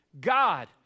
God